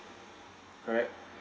correct